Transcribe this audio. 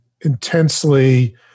intensely